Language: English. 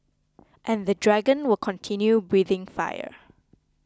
and the dragon will continue breathing fire